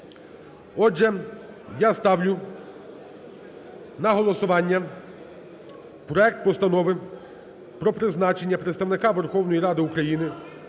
Отже, я ставлю на голосування проект Постанови про призначення Представника Верховної Ради України